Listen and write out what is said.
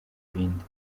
ibindi